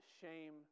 shame